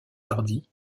hardy